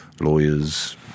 lawyers